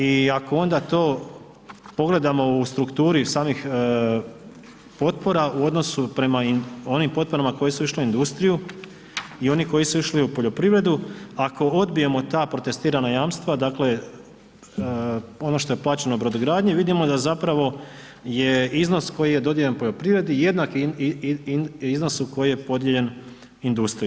I ako onda to pogledamo u strukturi samih potpora u odnosu prema onim potporama koje su išle u industriju i oni koji su išli u poljoprivredu, ako odbijemo ta protestirana jamstva dakle, ono što je plaćeno brodogradnji vidimo da zapravo je iznos koji je dodijeljen poljoprivredi jednaki iznosu koji je podijeljen industriji.